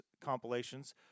compilations